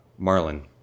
marlin